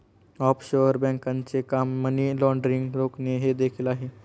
offshore बँकांचे काम money laundering रोखणे हे देखील आहे